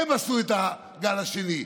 הן עשו את הגל השני,